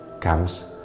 comes